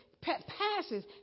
Passes